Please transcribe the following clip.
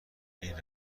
این